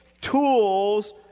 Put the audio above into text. tools